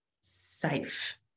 safe